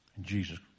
Jesus